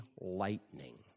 lightning